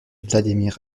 vladimir